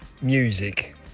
music